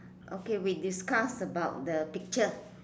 okay we discuss about the picture